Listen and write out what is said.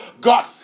God